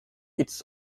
its